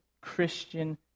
Christian